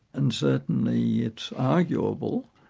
and certainly it's arguable,